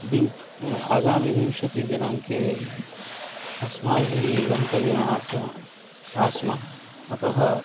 विम् आगामि विंशतिदिनाङ्के अस्माभिः गन्तव्यमास आस्म अतः